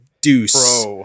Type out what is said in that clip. Deuce